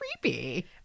creepy